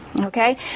okay